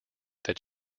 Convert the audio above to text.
that